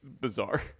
bizarre